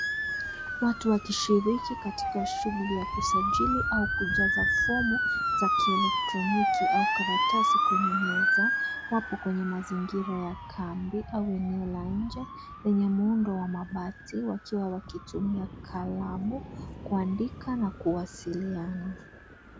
Watu wakishiriki katika shughuli ya kusajili au kujaza fomu, za kielektroniki au karatasi kwenye meza, wapo kwenye mazingira ya kambi, au eneo la nje, lenye muundo wa mabati, wakiwa wakitumia kalamu, kuandika na kuwasiliana.